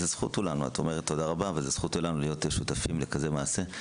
את אומרת תודה רבה אבל זכות לנו להיות שותפים לכזה מעשה.